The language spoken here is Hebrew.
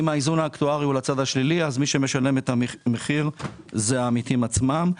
ואם האיזון האקטוארי הוא לצד השלילי מי שמשלם את המחיר זה העמיתים עצמם.